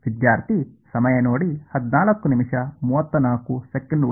ಆದ್ದರಿಂದ ಇದು ನನ್ನ x'